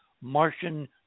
martian